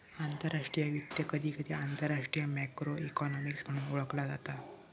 आंतरराष्ट्रीय वित्त, कधीकधी आंतरराष्ट्रीय मॅक्रो इकॉनॉमिक्स म्हणून ओळखला जाता